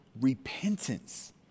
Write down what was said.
repentance